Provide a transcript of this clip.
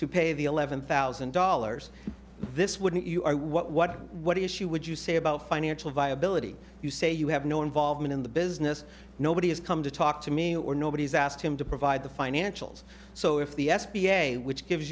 to pay the eleven thousand dollars this wouldn't you are what what what issue would you say about financial viability you say you have no involvement in the business nobody has come to talk to me or nobody has asked him to provide the financials so if the s b a which gives